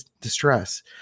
distress